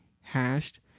Hashed